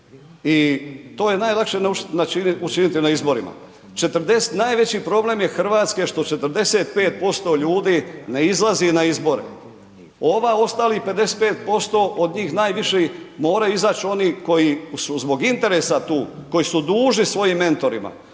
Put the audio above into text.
i to je najlakše učiniti na izborima. Najveći problem je Hrvatske što 45% ljudi ne izlazi na izbore, ovih ostalih 55% od njih najviše moraju izaći oni koji su zbog interesa tu, koji su dužni svojim mentorima.